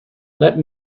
let